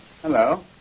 Hello